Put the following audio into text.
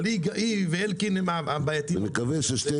אבל היא ואלקין הם ה- -- נקווה ששניהם